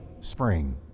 spring